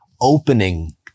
opening